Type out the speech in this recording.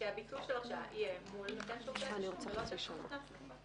שהביטול של ההרשאה יהיה מול נותן שירותי התשלום.